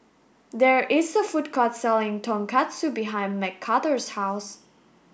there is a food court selling Tonkatsu behind Mcarthur's house